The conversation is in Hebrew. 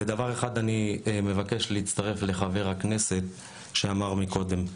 אני מבקש להצטרף לחבר הכנסת שאמר מקודם,